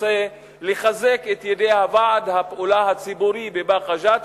רוצה לחזק את ידי ועד הפעולה הציבורי בבאקה ג'ת,